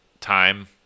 time